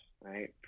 right